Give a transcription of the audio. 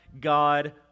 God